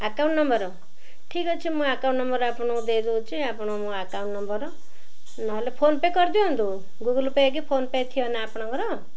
account number ଠିକ୍ ଅଛି ମୁଁ ଆକାଉଣ୍ଟ ନମ୍ବର ଆପଣଙ୍କୁ ଦେଇଦେଉଛି ଆପଣ ମୋ ଆକାଉଣ୍ଟ ନମ୍ବର ନହେଲେ ଫୋନ ପେ କରିଦିଅନ୍ତୁ ଗୁଗୁଲ ପେ କି ଫୋନ ପେ ଥିବ ନା ଆପଣଙ୍କର